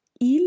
il